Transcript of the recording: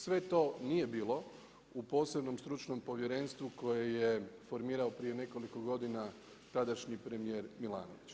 Sve to nije bilo u posebnom stručnom povjerenstvu koje je formirao prije nekoliko godina tadašnji premijer Milanović.